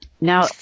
Now